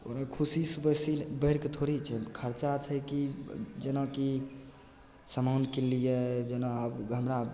ओहिमे खुशीसे बेसी बढ़िके थोड़हि छै खरचा छै कि जेनाकि समान किनलिए जेना आब हमरा